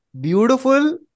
beautiful